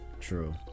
true